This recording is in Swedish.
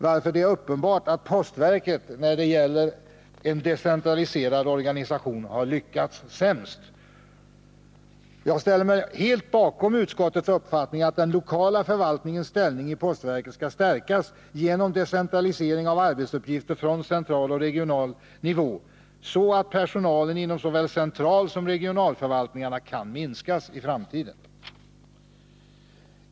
Det är därför uppenbart att postverket när det gäller en decentraliserad organisation har lyckats sämst. Jag ställer mig helt bakom utskottets uppfattning att den lokala förvaltningens ställning i postverket skall stärkas genom decentralisering av arbetsuppgifter från central och regional nivå, så att personalen inom såväl centralsom regionalförvaltningarna kan minskas i framtiden.